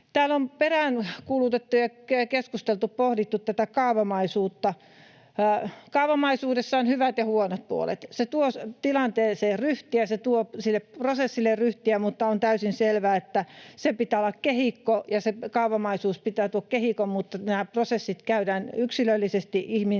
Täällä on peräänkuulutettu ja keskusteltu, pohdittu tätä kaavamaisuutta. Kaavamaisuudessa on hyvät ja huonot puolet. Se tuo tilanteeseen ryhtiä, se tuo sille prosessille ryhtiä, mutta on täysin selvää, että sen pitää olla kehikko ja se kaavamaisuus pitää tuon kehikon, mutta nämä prosessit käydään yksilöllisesti ihminen